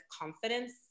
confidence